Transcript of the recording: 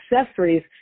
accessories